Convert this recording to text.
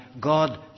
God